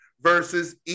versus